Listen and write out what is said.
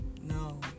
no